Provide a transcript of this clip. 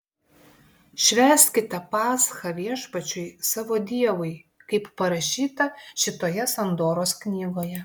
švęskite paschą viešpačiui savo dievui kaip parašyta šitoje sandoros knygoje